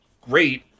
great